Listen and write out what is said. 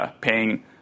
paying